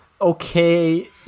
okay